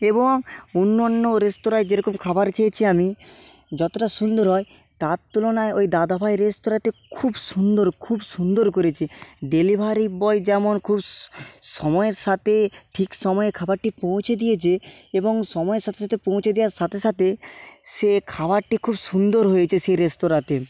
এবং অন্যান্য রেস্তরাঁয় যেরকম খাবার খেয়েছি আমি যতটা সুন্দর হয় তার তুলনায় ওই দাদাভাই রেস্তরাঁতে খুব সুন্দর খুব সুন্দর করেছে ডেলিভারি বয় যেমন খুব সময়ের সাথে ঠিক সময় খাবারটি পৌঁছে দিয়েছে এবং সময়ের সাথে সাথে পৌঁছে দেওয়ার সাথে সাথে সে খাওয়ারটি খুব সুন্দর হয়েছে সে রেস্তরাঁতে